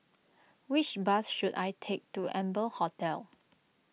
which bus should I take to Amber Hotel